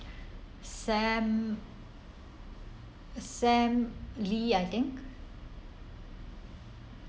sam sam lee I think